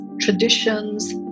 traditions